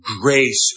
grace